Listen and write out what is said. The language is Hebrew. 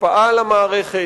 השפעה על המערכת,